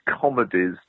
comedies